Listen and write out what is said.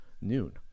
noon